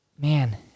man